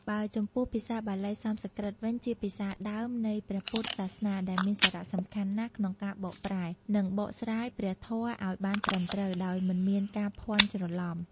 បើចំពោះ ភាសាបាលី-សំស្ក្រឹតវិញ ជាភាសាដើមនៃព្រះពុទ្ធសាសនា ដែលមានសារៈសំខាន់ណាស់ក្នុងការបកប្រែ និងបកស្រាយព្រះធម៌ឱ្យបានត្រឹមត្រូវ ដោយមិនមានការភាន់ច្រឡំ។